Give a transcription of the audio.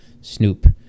snoop